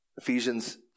Ephesians